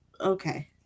okay